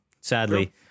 sadly